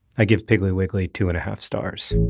i give piggly wiggly two and a half stars